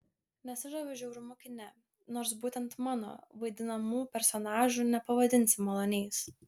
nesižaviu žiaurumu kine nors būtent mano vaidinamų personažų nepavadinsi maloniais